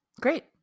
Great